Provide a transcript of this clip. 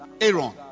Aaron